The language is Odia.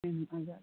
ତିନି ଅଁ